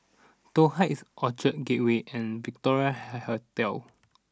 Toh Heights Orchard Gateway and Victoria Hotel